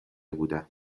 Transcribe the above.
بودم